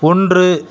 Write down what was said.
ஒன்று